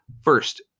First